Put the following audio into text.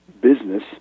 business